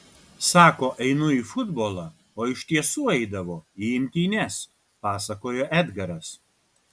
sako einu į futbolą o iš tiesų eidavo į imtynes pasakojo edgaras